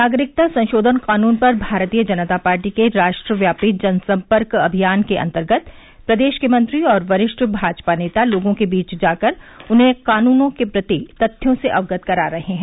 नागरिकता संशोधन कानून पर भारतीय जनता पार्टी के राष्ट्रव्यापी जनसम्पर्क अभियान के अन्तर्गत प्रदेश के मंत्री और वरिष्ठ भाजपा नेता लोगों के बीच जाकर उन्हें कानून के प्रति तथ्यों से अवगत करा रहे हैं